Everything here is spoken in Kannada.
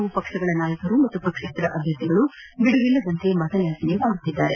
ಹಲವು ಪಕ್ಷಗಳ ನಾಯಕರು ಮತ್ತು ಪಕ್ಷೇತರ ಅಭ್ಞರ್ಥಿಗಳು ಬಿಡುವಿಲ್ಲದಂತೆ ಮತಯಾಚನೆ ಮಾಡುತ್ತಿದ್ದಾರೆ